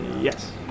Yes